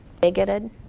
bigoted